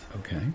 Okay